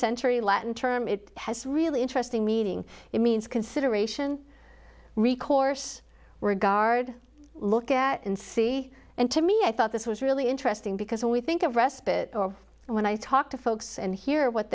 century latin term it has really interesting meeting it means consideration recourse were guard look at and see and to me i thought this was really interesting because when we think of respite or when i talk to folks and hear what